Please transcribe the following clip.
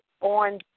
on